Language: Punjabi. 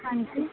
ਹਾਂਜੀ